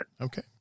Okay